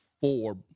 four